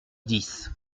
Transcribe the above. dix